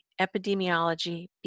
epidemiology